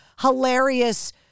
hilarious